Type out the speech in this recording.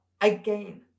again